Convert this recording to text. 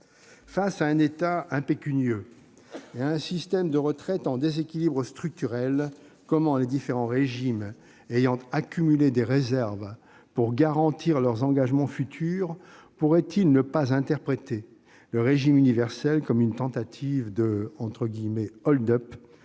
Face à un État impécunieux et à un système de retraites en déséquilibre structurel, comment les différents régimes ayant accumulé des réserves pour garantir leurs engagements futurs pourraient-ils ne pas interpréter le régime universel comme une tentative de « hold-up »